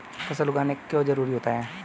फसल उगाना क्यों जरूरी होता है?